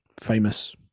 famous